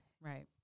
right